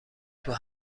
توی